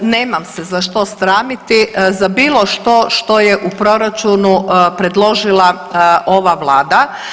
Nemam se za što sramiti, za bilo što, što je u Proračunu predložila ova Vlada.